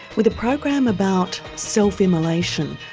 with a program about self-immolation,